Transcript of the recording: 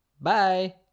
Bye